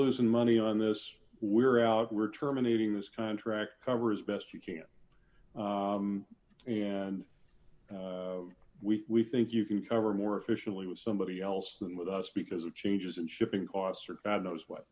losing money on this we're out we're terminating this contract cover as best you can and we think you can cover more efficiently with somebody else than with us because of changes in shipping costs or god knows wh